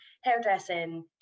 hairdressing